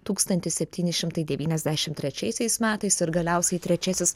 tūkstantis septyni šimtai devyniasdešimt trečiaisiais metais ir galiausiai trečiasis